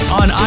on